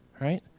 right